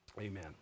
Amen